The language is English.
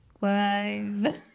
five